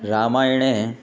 रामायणे